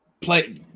play